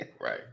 Right